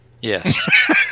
Yes